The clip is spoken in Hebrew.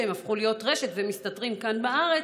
שהפכו להיות רשת ומסתתרים כאן בארץ,